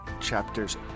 chapters